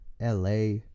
la